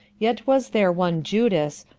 yet was there one judas,